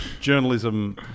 journalism